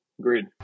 agreed